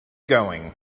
going